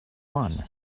one